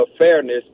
fairness